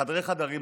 בחדרי-חדרים,